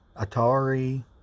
atari